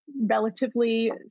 relatively